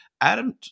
Adam